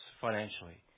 financially